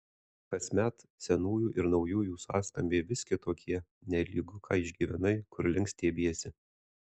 kasmet senųjų ir naujųjų sąskambiai vis kitokie nelygu ką išgyvenai kur link stiebiesi